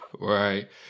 Right